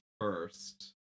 first